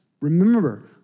Remember